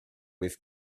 with